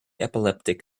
epileptic